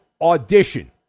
audition